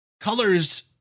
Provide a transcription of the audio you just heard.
colors